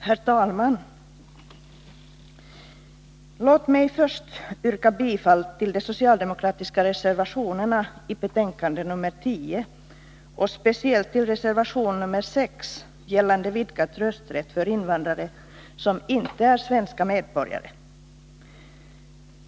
Herr talman! Låt mig först yrka bifall till de socialdemokratiska reservationerna i betänkande nr 10 och speciellt till reservation nr 6 gällande vidgad rösträtt för invandrare som inte är svenska medborgare.